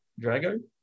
Drago